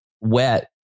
wet